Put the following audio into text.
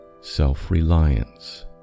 Self-Reliance